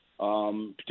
Particularly